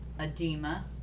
edema